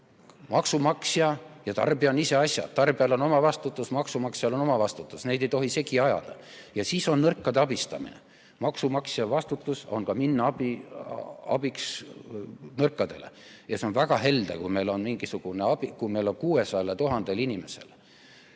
Maksumaksja ja tarbija on ise asjad, tarbijal on oma vastutus, maksumaksjal on oma vastutus, neid ei tohi segi ajada. Ja siis on nõrkade abistamine. Maksumaksja vastutus on minna abiks ka nõrkadele. Ja see on väga helde, kui meil on mingisugune abi 600 000 inimesele. Aetakse see